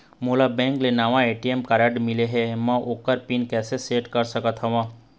मोला बैंक से नावा ए.टी.एम कारड मिले हे, म ओकर पिन कैसे सेट कर सकत हव?